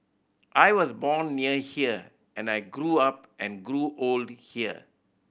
I was born near here and I grew up and grew old here